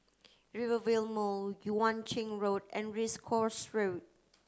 Rivervale Mall Yuan Ching Road and Race Course Road